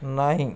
नाही